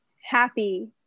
happy